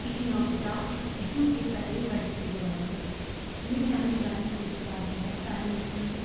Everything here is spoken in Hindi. एक नवजात शिशु के पहले वर्ष के दौरान किए जाने वाले संस्कार बहुत सारे होते हैं